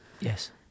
yes